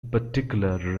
particular